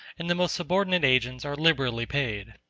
and the most subordinate agents are liberally paid.